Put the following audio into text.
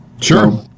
Sure